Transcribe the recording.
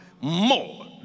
more